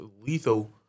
lethal